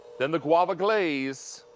then the guava glaze.